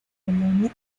polonia